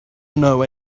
know